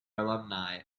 alumni